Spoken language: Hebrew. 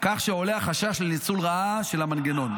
כך שעולה החשש לניצול לרעה של המנגנון.